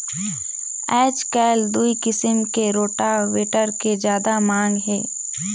आयज कायल दूई किसम के रोटावेटर के जादा मांग हे